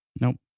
Nope